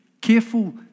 careful